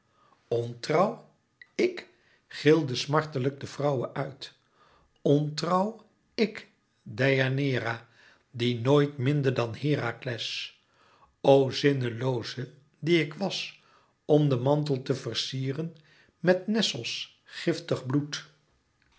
ontrouw ik gilde smartelijk de vrouwe uit ontrouw ik deianeira die nooit minde dan herakles o zinnelooze die ik was om den mantel te versieren met nessos giftig bloed